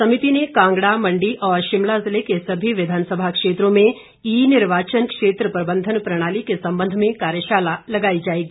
समिति ने कांगड़ा मंडी और शिमला ज़िले के सभी विधानसभा क्षेत्रों में ई निर्वाचन क्षेत्र प्रबंधन प्रणाली के संबंध में कार्यशाला लगाई जाएगी